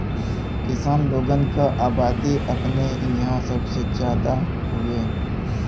किसान लोगन क अबादी अपने इंहा सबसे जादा हउवे